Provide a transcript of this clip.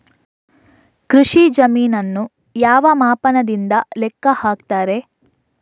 ಕೃಷಿ ಜಮೀನನ್ನು ಯಾವ ಮಾಪನದಿಂದ ಲೆಕ್ಕ ಹಾಕ್ತರೆ?